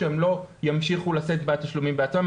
שהם לא ימשיכו לשאת בתשלומים בעצמם,